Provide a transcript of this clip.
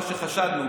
מה שחשדנו,